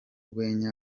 rwenya